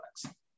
products